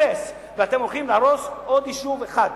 ואתם הולכים להרוס עוד יישוב אחד,